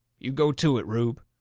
you go to it, rube.